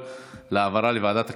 העברה לוועדת הכספים.